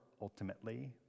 ultimately